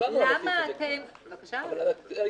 למה אתם --- אבל הצבענו על הסעיף הזה.